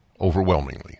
overwhelmingly